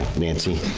nancy?